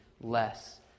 less